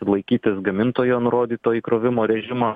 laikytis gamintojo nurodyto įkrovimo režimo